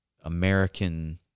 American